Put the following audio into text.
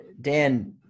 Dan